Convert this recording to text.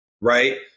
Right